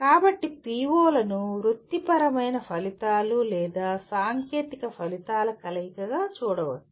కాబట్టి PO లను వృత్తిపరమైన ఫలితాలు లేదా సాంకేతిక ఫలితాల కలయికగా చూడవచ్చు